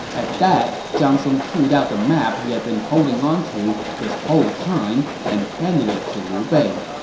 at that, zhang song pulled out the map he had been holding on to this whole time and handed it to liu bei